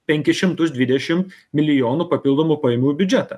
penkis šimtus dvidešim milijonų papildomų pajamų biudžetą